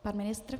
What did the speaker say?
Pan ministr?